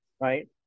Right